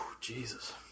jesus